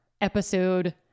episode